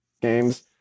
games